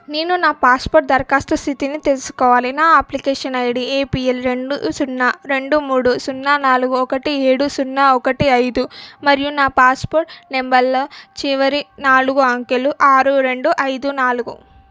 నేను నా పాస్పోర్ట్ దరఖాస్తు స్థితిని తెలుసుకోవాలి నా అప్లికేషన్ ఐడీ ఏపీఎల్ రెండు సున్నా రెండు మూడు సున్నా నాలుగు ఒకటి ఏడు సున్నా ఒకటి ఐదు మరియు నా పాస్పోర్ట్ నంబర్లో చివరి నాలుగు అంకెలు ఆరు రెండు ఐదు నాలుగు